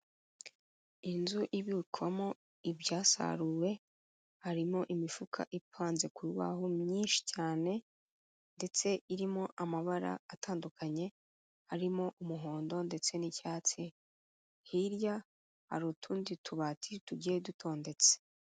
Inzu ibikwamo ibyasaruwe, harimo imifuka ipanze ku rubahu myinshi cyane, ndetse irimo amabara atandukanye, harimo umuhondo ndetse n'icyatsi, hirya hari utundi tubati tugiye dutondetse.